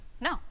No